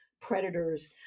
predators